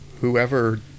whoever